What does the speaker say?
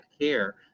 care